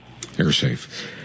AirSafe